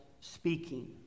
speaking